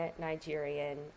Nigerian